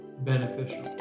beneficial